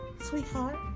sweetheart